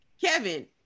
Kevin